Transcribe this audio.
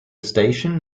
station